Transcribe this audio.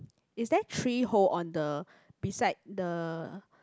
is there three hole on the beside the